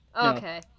Okay